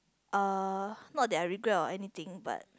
uh not there I regret or anything but